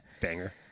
banger